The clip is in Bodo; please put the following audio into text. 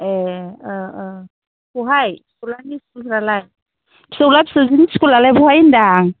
ए बहाय फिसौलानि स्कुलफ्रा लाय फिसौला फिसौजोनि स्कुला लाय बहाय होनदों आं